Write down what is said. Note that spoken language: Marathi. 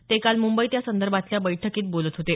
ते काल मुंबईत यासंदर्भातल्या बैठकीत बोलत होते